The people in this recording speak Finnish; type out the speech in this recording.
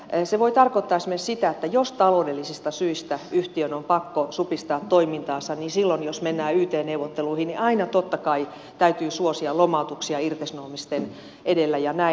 mutta se voi tarkoittaa esimerkiksi sitä että jos taloudellisista syistä yhtiön on pakko supistaa toimintaansa niin silloin jos mennään yt neuvotteluihin aina totta kai täytyy suosia lomautuksia irtisanomisten edellä ja näin